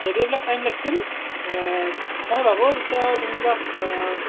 যদিও এইবিলাক টাইম লাগিছিল মই ভাবোঁ এতিয়া যোনবিলাক